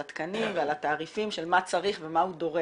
על התקנים ועל התעריפים של מה צריך ומה הוא דורש.